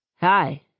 Hi